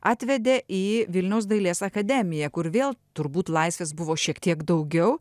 atvedė į vilniaus dailės akademiją kur vėl turbūt laisvės buvo šiek tiek daugiau